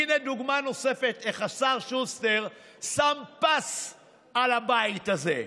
הינה דוגמה נוספת לאיך שהשר שוסטר שם פס על הבית הזה.